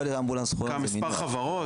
גם מספר חברות,